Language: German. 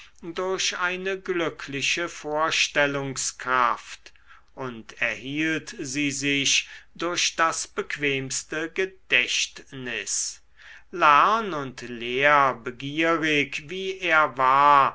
durch eine glückliche vorstellungskraft und erhielt sie sich durch das bequemste gedächtnis lern und lehrbegierig wie er war